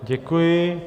Děkuji.